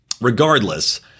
regardless